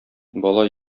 бала